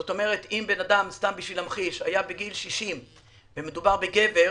זאת אומרת לשם ההמחשה אם בן אדם היה בן 60 ומדובר בגבר,